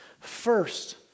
First